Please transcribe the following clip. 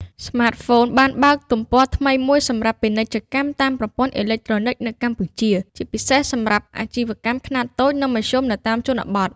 ស្មាតហ្វូនបានបើកទំព័រថ្មីមួយសម្រាប់ ពាណិជ្ជកម្មតាមប្រព័ន្ធអេឡិចត្រូនិក នៅកម្ពុជា ជាពិសេសសម្រាប់អាជីវកម្មខ្នាតតូច និងមធ្យមនៅតាមជនបទ។